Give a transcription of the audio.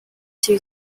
two